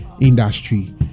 industry